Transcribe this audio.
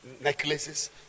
necklaces